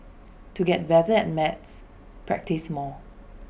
to get better at maths practise more